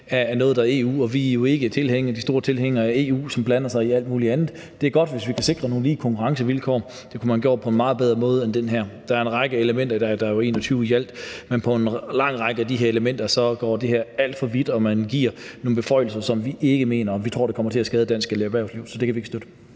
af noget fra EU, og vi er jo ikke de store tilhængere af EU, som blander sig i alt muligt. Det er godt, hvis vi kan sikre nogle lige konkurrencevilkår, men det kunne man have gjort på en meget bedre måde end den her. Der er en række elementer – der er jo 21 i alt – men en lang række af de her elementer er alt for vidtgående, og man giver nogle beføjelser, som vi mener og tror kommer til at skade dansk erhvervsliv. Så det kan vi ikke støtte.